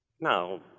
Now